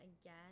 again